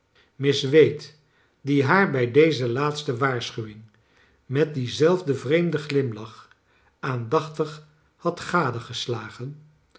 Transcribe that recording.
miss wade die haar bij deze laatste waars elm wing met dien zelfden vreemden glimiach aandachtig had